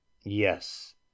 Yes